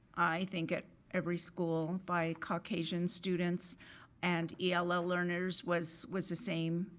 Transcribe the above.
i think, at every school by caucasian students and ell ell learners was was the same,